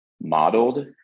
modeled